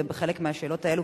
ובחלק מהשאלות האלה,